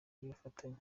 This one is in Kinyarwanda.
y’ubufatanye